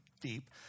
deep